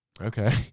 Okay